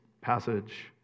passage